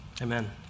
Amen